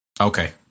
Okay